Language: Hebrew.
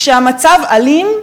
כשהמצב אלים,